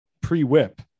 pre-whip